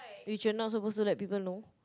which you're not supposed to let people know